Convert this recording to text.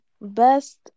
best